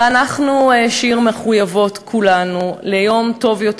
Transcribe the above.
ואנחנו, שיר, מחויבות כולנו ליום טוב יותר.